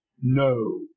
no